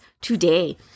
today